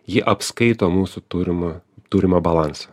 ji apskaito mūsų turimą turimą balansą